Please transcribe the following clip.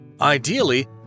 Ideally